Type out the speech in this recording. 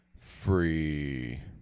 free